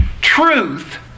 Truth